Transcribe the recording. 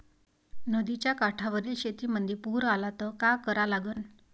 नदीच्या काठावरील शेतीमंदी पूर आला त का करा लागन?